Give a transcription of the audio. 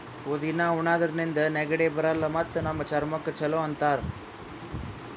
ಪುದಿನಾ ಉಣಾದ್ರಿನ್ದ ನೆಗಡಿ ಬರಲ್ಲ್ ಮತ್ತ್ ನಮ್ ಚರ್ಮಕ್ಕ್ ಛಲೋ ಅಂತಾರ್